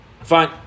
fine